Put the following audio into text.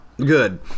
good